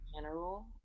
general